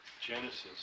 Genesis